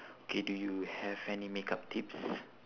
okay do you have any makeup tips